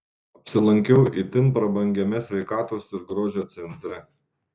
apsilankiau itin prabangiame sveikatos ir grožio centre